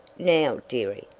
now, dearie,